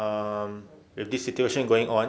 um with this situation going on